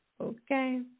Okay